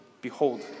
Behold